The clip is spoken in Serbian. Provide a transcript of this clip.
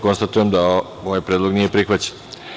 Konstatujem da ovaj predlog nije prihvaćen.